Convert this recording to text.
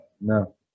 no